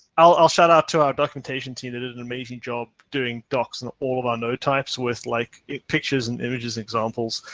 i'll shout out to our documentation team that did an amazing job doing docs. and all of our node types with like pictures and images and examples,